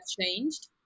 changed